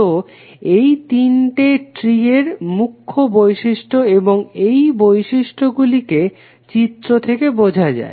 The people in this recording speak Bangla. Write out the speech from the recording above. তো এই তিনটে ট্রি এর মুখ্য বৈশিষ্ট্য এবং এই বৈশিষ্ট্য গুলিকে চিত্র থেকে বোঝা যায়